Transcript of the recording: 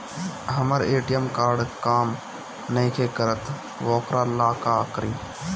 हमर ATM card काम नईखे करत वोकरा ला का करी?